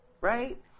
Right